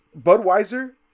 Budweiser